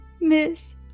miss